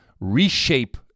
reshape